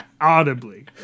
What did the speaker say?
audibly